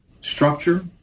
structure